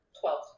Twelve